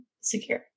secure